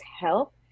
help